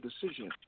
decision